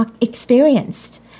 experienced